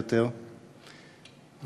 את יציאת הוד מעלתו ראש ממשלת בריטניה